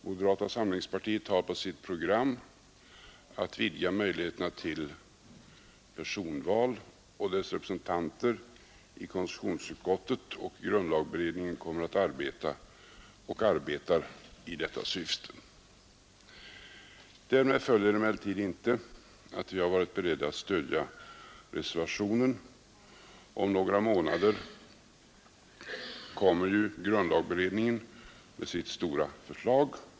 Moderata samlingspartiet har på sitt program att vidga möjligheterna till personval, och dess representanter i konstitutionsutskottet och grundlagberedningen kommer att arbeta och arbetar i dessa syften. Därav följer emellertid inte att vi är beredda att stödja reservationen. Om några månader kommer ju grundlagberedningen med sitt stora förslag.